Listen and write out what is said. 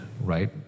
right